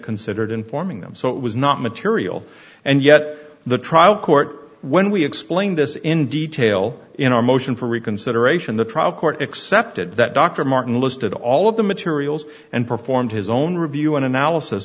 considered informing them so it was not material and yet the trial court when we explained this in detail in our motion for reconsideration the trial court accepted that dr martin listed all of the materials and performed his own review and analysis